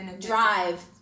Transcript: drive